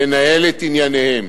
לנהל את ענייניה,